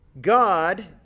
God